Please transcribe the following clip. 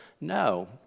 No